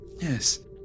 Yes